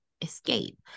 escape